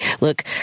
look